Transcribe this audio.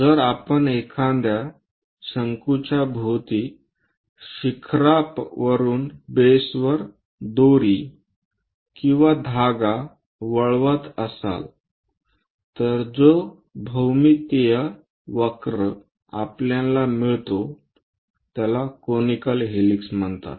जर आपण एखाद्या शंकूच्याभोवती शिखरावरुन बेसवर दोरी किंवा धागा वळवत असाल तर जो भौमितीय वक्र आपल्याला मिळतो त्याला कोनिकल हेलिक्स म्हणतात